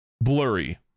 blurry